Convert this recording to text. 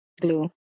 glue